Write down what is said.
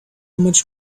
much